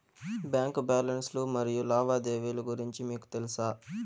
Bank balance లు మరియు లావాదేవీలు గురించి మీకు తెల్సా?